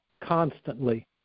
constantly